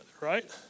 right